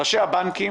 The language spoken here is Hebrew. ראשי הבנקים